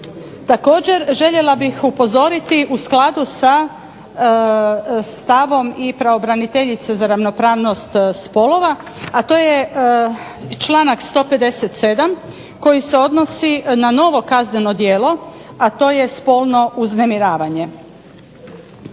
Također, željela bih upozoriti u skladu sa stavom i pravobraniteljice za ravnopravnost spolova, a to je članak 157. koji se odnosi na novo kazneno djelo, a to je spolno uznemiravanje.